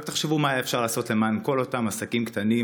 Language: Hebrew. רק תחשבו מה היה אפשר לעשות למען כל אותם עסקים קטנים